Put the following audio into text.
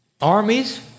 armies